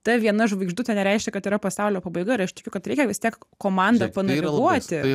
ta viena žvaigždutė nereiškia kad yra pasaulio pabaiga ir aš tikiu kad reikia vis tiek komandą panaviguoti